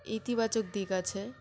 ইতিবাচক দিক আছে